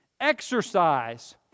Exercise